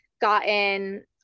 gotten